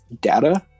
data